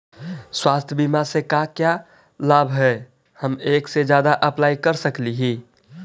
स्वास्थ्य बीमा से का क्या लाभ है हम एक से जादा अप्लाई कर सकली ही?